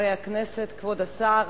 חברי הכנסת, כבוד השר,